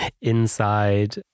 inside